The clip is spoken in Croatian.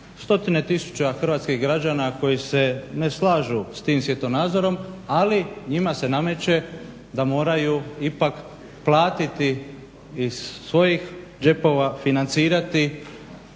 stotine tisuća Hrvatskih građana koji se ne slažu s tim svjetonazorom, ali njima se nameče da moraju ipak platiti iz svojih džepova, financirati